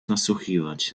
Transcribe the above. nasłuchiwać